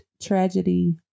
tragedy